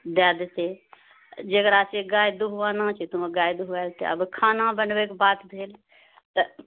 दए देतए जेकरासँ गाय दुहाना छै तऽ गाय दुहाए लेतै आब खाना बनबैके बात भेल तऽ